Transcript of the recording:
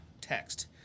text